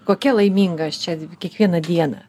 kokia laiminga aš čia kiekvieną dieną